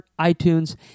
iTunes